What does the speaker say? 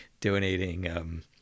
donating